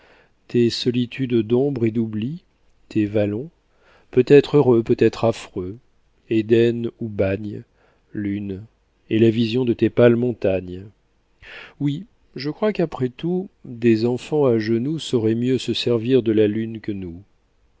tes solitudes d'ombre et d'oubli tes vallons peut-être heureux peut-être affreux édens ou bagnes lune et la vision de tes pâles montagnes oui je crois qu'après tout des enfants à genoux sauraient mieux se servir de la lune que nous